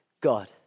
God